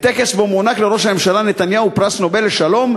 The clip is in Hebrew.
בטקס שבו מוענק לראש הממשלה נתניהו פרס נובל לשלום